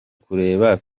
kureba